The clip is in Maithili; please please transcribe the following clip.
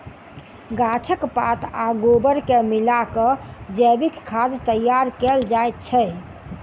गाछक पात आ गोबर के मिला क जैविक खाद तैयार कयल जाइत छै